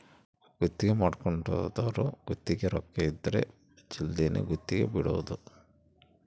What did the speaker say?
ಗುತ್ತಿಗೆ ಮಾಡ್ಕೊಂದೊರು ಗುತ್ತಿಗೆ ರೊಕ್ಕ ಇದ್ರ ಜಲ್ದಿನೆ ಗುತ್ತಿಗೆ ಬಿಡಬೋದು